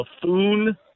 buffoon